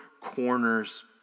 corners